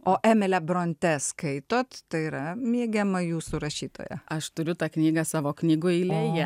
skaitot tai yra mėgiama jūsų rašytoja aš turiu tą knygą savo knygų eilėje